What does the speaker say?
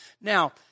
Now